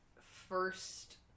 first